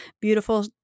beautiful